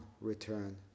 return